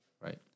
right